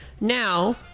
Now